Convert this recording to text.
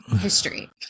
history